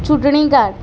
ચૂંટણી કાર્ડ